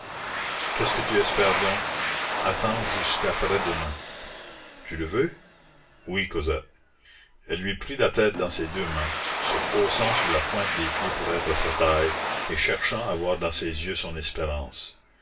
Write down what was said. qu'est-ce que tu espères donc attends jusqu'à après-demain tu le veux oui cosette elle lui prit la tête dans ses deux mains se haussant sur la pointe des pieds pour être à sa taille et cherchant à voir dans ses yeux son espérance